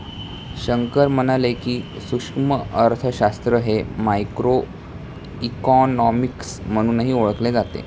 शंकर म्हणाले की, सूक्ष्म अर्थशास्त्र हे मायक्रोइकॉनॉमिक्स म्हणूनही ओळखले जाते